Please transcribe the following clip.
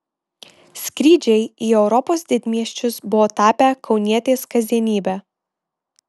skrydžiai į europos didmiesčius buvo tapę kaunietės kasdienybe